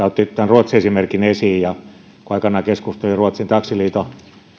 ruotsi esimerkin esiin kun aikanaan keskustelin ruotsin taksiliiton